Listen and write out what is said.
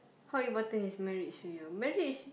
how important is marriage to you marriage is